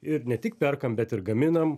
ir ne tik perkam bet ir gaminam